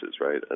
right